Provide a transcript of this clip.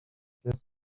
pièces